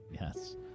Yes